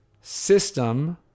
system